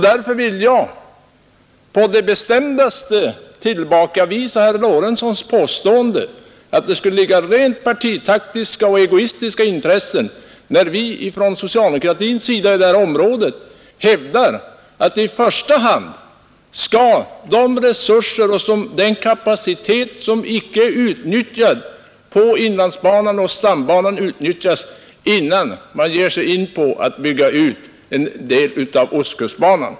Därför vill jag på det bestämdaste tillbakavisa herr Lorentzons påstående, att det skulle ligga rent partitaktiska och egoistiska intressen bakom när socialdemokraterna i det här området hävdar att den kapacitet som icke är utnyttjad på inlandsbanan och stambanan i första hand skall utnyttjas innan man ger sig in på att bygga ut ostkustbanan.